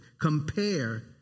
compare